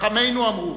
חכמינו אמרו: